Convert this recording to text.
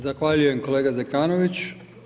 Zahvaljujem kolega Zekanović.